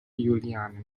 juliane